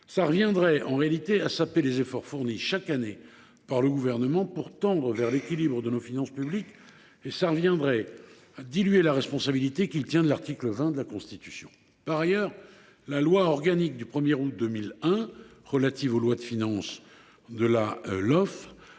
Cela reviendrait non seulement à saper les efforts fournis chaque année par le Gouvernement pour tendre vers l’équilibre de nos finances publiques, mais aussi à diluer la responsabilité qu’il tient de l’article 20 de la Constitution. Par ailleurs, la loi organique du 1 août 2001 relative aux lois de finances (Lolf)